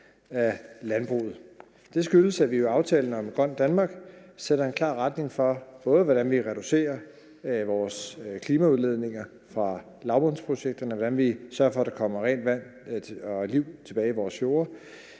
Det skyldes, at vi i aftalen om et grønt Danmark sætter en klar retning, både for hvordan vi reducerer klimaudledninger fra lavbundsprojekterne, og for, hvordan vi sørger for, at der kommer rent vand og liv tilbage i vores fjorde,